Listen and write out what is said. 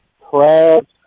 crabs